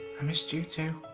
i missed you too.